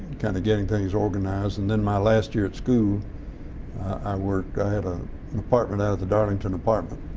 kind of getting things organized, and then my last year at school i worked i had an ah and apartment out of the darlington apartment.